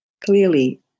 Clearly